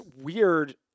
weird